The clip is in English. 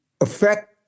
affect